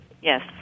Yes